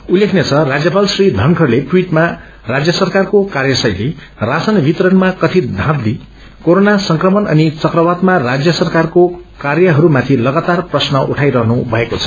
उल्लेखनीय छ राज्यपाल श्री षनखड़ले ट्वीटमा राज्य सरकारको कार्य शैली राशन वितरणमा कथित धाँथली कोरोना संक्रमण अनि चक्रवातमा राज्य सरकारको कार्यहरूमाथि लगातार प्रश्न उठाइरहनु भएको छ